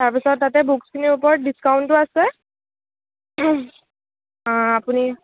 তাৰপাছত তাতে বুকছখিনিৰ ওপৰত ডিস্কাউণ্টো আছে আপুনি